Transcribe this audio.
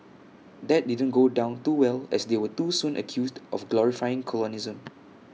that didn't go down too well as they were too soon accused of glorifying colonialism